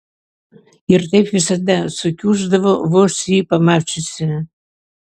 ir taip visada sukiuždavo vos jį pamačiusi